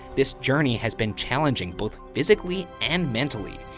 this journey has been challenging both physically and mentally.